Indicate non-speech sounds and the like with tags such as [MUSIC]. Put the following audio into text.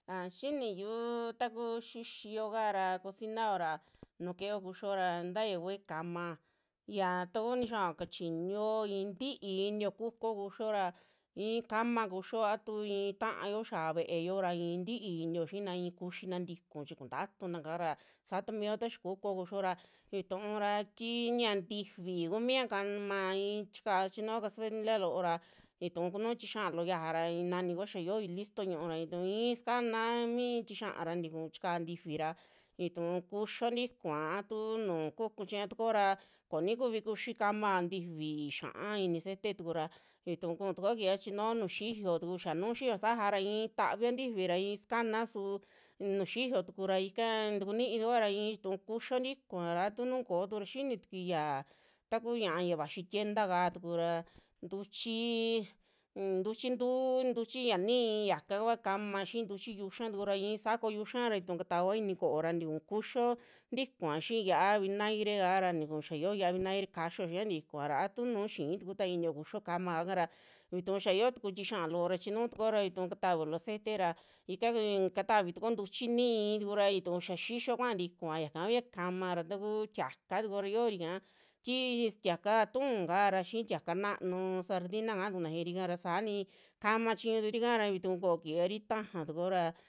Aa xiniyu takuu xixiokara cocinao ra nuu keeo kuxio ra taya kua kaama, ia taku nixaao kachiñuo i'i ntii inio kukuo kuxio ra i'i kama kuxio a tuu i'i taayo xia ve'eo ra in tii inio xiia i'i kuxina tiku chi kunatunaka ra saatu mio taxa kukuo kuxio ra vituu ra tii ña [UNINTELLIGIBLE] ntifi kumia i'i chikao chinuo cazuela loora vituu kunuu ixiaa loo xiaja ra i'inani kua xia yoo ilisto ñuú ra itu i'i sakanao mi tixiaa ra tiku chikao tifira vituu kuxio tivaa a tuu nu kukuchiña tukuora konikuvi kuxi kamao tifi xia'a ini cetetuku vitu kuu tukuo kiioa chinuo nuju xiiyo tuku, xaa nuu xiiyo saja ra i'in tavio tifi ra i'i sakanao su nuju xiiyo tukura ika tukunii tukuoa ra ituu kuxio tikua a tu nuu kootura xinituiya ta kuu ñaa ya vaxi tienda kaa tukura ntuchii, ntuchi ntu'u, ntuchi ya nii yakakua kama xii ntuchi yuxa tukura i'isa koyuxa ra vituu katavioa ini ko'ora tiku kuxio tikuva, xii xia'a vinagre kara tiku xia yoo xia'a vinagre kaxio xiaa ntikuara a tunu xii tuku ta inio kuxio kamaoa kara vituu xia yoo tuku tixia'a loo ra chinuu tukuoa vituu katavi loo cete ra ika ki- katavi tukuo ntuchi ni'i tukura tuu xia xixio kuaa tikuva yaka kua kama ta kuu tiaka tukura yiorika tii tiaka atún kaara xii tiaka naanu sardina kaatukuna xiirika ra saa ni kama chiñu turi ika ra, vitu koo kiiyori tajatukuo ra.